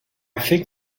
think